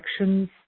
actions